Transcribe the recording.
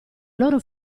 loro